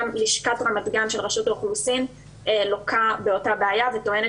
גם לשכת רמת גן של רשות האוכלוסין לוקה באותה בעיה וטוענת